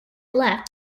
left